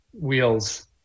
wheels